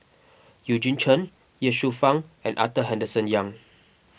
Eugene Chen Ye Shufang and Arthur Henderson Young